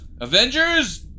Avengers